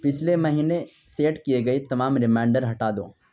پچھلے مہینے سیٹ کیے گئے تمام ریمائنڈر ہٹا دو